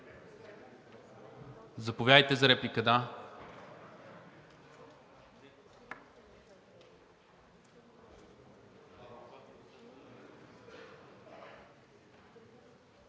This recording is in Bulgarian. Заповядайте за реплика,